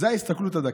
זו ההסתכלות הדקה.